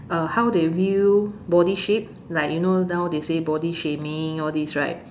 uh how they view body shape like you know now they say body shaming all this right